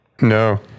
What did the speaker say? No